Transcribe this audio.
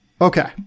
Okay